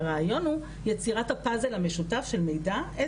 והרעיון הוא יצירת הפאזל המשותף של מידע שיוצר